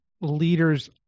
leaders